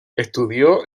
estudió